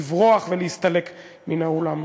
לברוח ולהסתלק מן האולם.